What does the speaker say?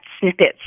snippets